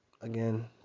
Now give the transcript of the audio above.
Again